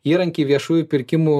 įrankį viešųjų pirkimų